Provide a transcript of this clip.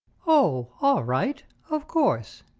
oh, all right of course,